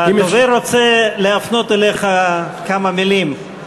הדובר רוצה להפנות אליך כמה מילים.